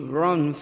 run